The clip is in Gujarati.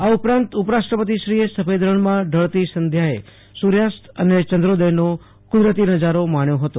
આ ઉપરાંત ઉપરાષ્ટ્રપતિશ્રી એ સફેદ રણમાં ઢળતી સંધ્યાએ સુર્યાસ્ત અને યંદ્રોદયનો કુદરતી નજરો માણ્યો હતો